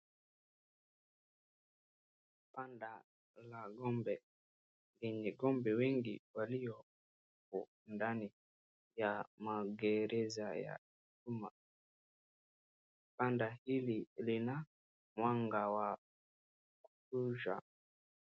Banda la ng'ombe lenye ng'ombe wengi waliopo ndani ya magereza ya chuma. Banda hili lina mwanga wa kutosha.